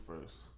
first